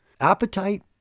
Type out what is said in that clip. appetite